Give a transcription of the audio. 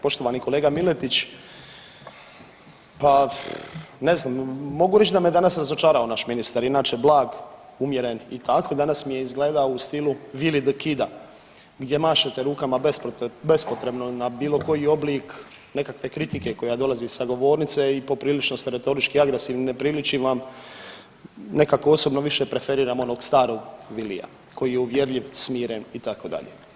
Poštovani kolega Miletić pa ne znam mogu reći da me danas razočarao naš ministar, inače blag, umjeren i tako danas mi je izgledao u stilu Vili the kida gdje mašete rukama bespotrebno na bilo koji oblik nekakve kritike koja dolazi sa govornice i poprilično ste retorički agresivni, ne priliči vam, nekako osobno više preferiram onog starog Vilija koji je uvjerljiv, smiren itd.